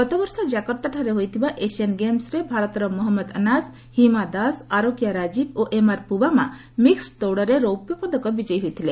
ଗତବର୍ଷ ଜାକର୍ତ୍ତାଠାରେ ହୋଇଥିବା ଏସିଆନ୍ ଗେମ୍ସରେ ଭାରତର ମହମ୍ମଦ ଅନାସ୍ ହିମା ଦାସ ଆରୋକିଆ ରାଜୀବ୍ ଓ ଏମ୍ଆର୍ ପୁବାମା ମିକ୍ନଡ ଦୌଡ଼ରେ ରୌପ୍ୟ ପଦକ ବିଜୟୀ ହୋଇଥିଲେ